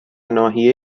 ناحیه